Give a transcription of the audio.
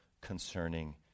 concerning